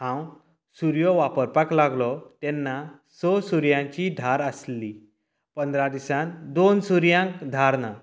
हांव सुरयो वापरपाक लागलो तेन्ना स सुरयांची धार आसली पंदरा दिसांन दोन सुरयांक धार ना